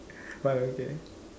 but okay